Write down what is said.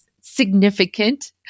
significant